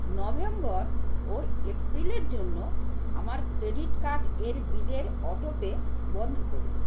November ও এপ্রিলের জন্য আমার ক্রেডিট কার্ড এর বিলের অটোপে বন্ধ করুন